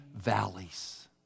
valleys